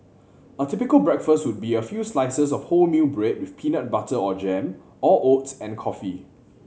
a typical breakfast would be a few slices of wholemeal bread with peanut butter or jam or oats and coffee